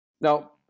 Now